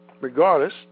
regardless